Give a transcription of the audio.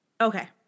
Okay